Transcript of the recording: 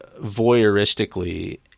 voyeuristically